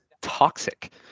toxic